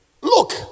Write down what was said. Look